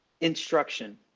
instruction